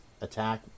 attack